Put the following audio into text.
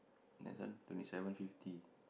this one twenty seven fifty